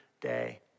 day